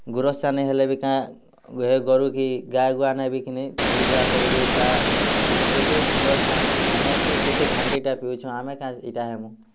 ଗୁରସ୍ ଚା' ନେଇ ହଲେ ବି କାଁ ହେ ଗୋରୁ କି ଗାଏ ଗୁଆନେ ବି କିନି ଧୁଇ ଧୁଆ କରିବି ହେ ଚା' ଟିକେ କେତେ ସୁନ୍ଦର୍ ଚା' ଆମେ ତ କେତେ ଖାଣ୍ଟିଟା ପିଇଚୁଁ ଆମେ କାଏଁ ଇଟା ହେମୁ